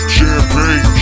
Champagne